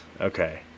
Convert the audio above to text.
okay